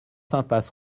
impasse